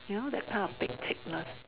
you know that kind of pek cek-ness